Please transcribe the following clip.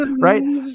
Right